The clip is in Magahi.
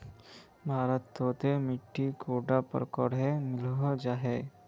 भारत तोत मिट्टी कैडा प्रकारेर मिलोहो जाहा?